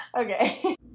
Okay